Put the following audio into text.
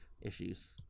issues